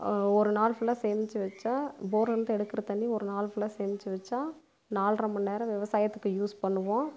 ஒரு நாள் ஃபுல்லாக சேமிச்சு வச்சால் போர்லேருந்து எடுக்கிற தண்ணி ஒரு நாள் ஃபுல்லாக சேமிச்சு வச்சால் நால்ரை மண் நேரம் விவசாயத்துக்கு யூஸ் பண்ணுவோம்